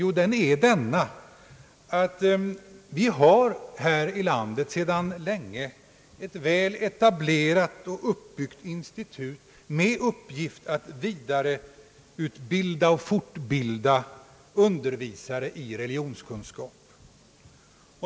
Jo, den är att vi här i landet sedan länge har ett väl etablerat och uppbyggt institut med uppgift att vidareutbilda och fortbilda undervisare i religionskunskap.